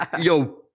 yo